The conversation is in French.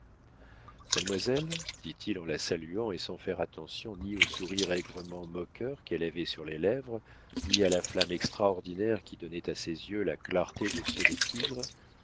mademoiselle dit-il en la saluant et sans faire attention ni au sourire aigrement moqueur qu'elle avait sur les lèvres ni à la flamme extraordinaire qui donnait à ses yeux la clarté de ceux des tigres